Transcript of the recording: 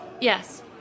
Yes